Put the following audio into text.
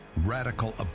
radical